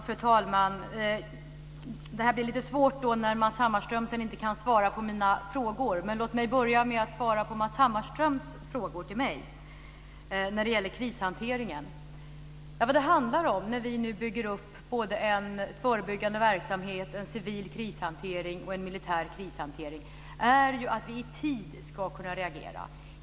Fru talman! Det blir lite svårt när Matz Hammarström inte kan svara på mina frågor, men låt mig svara på Matz Hammarströms frågor till mig när det gäller krishanteringen. Vad det handlar om när vi nu inleder både en förebyggande verksamhet, en civil krishantering, och en militär krishantering är att vi ska kunna reagera i tid.